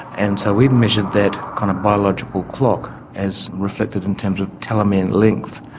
and so we measured that kind of biological clock as reflected in terms of telomere length.